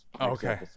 Okay